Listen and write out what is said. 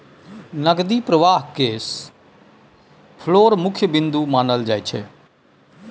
नकदी प्रवाहकेँ कैश फ्लोक मुख्य बिन्दु मानल जाइत छै